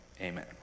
amen